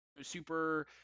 super